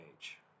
age